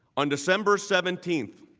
on december seventeenth.